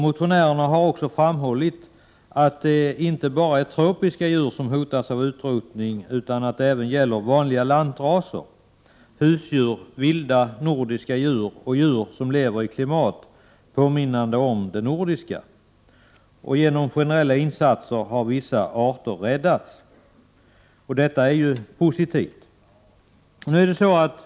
Motionärerna har också framhållit att det inte bara är tropiska djur som hotas av utrotning utan även vanliga lantraser, husdjur, vilda nordiska djur och djur som lever i klimat påminnande om det nordiska. Genom generella insatser har vissa arter räddats. Detta är positivt.